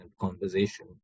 conversation